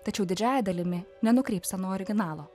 tačiau didžiąja dalimi nenukrypsta nuo originalo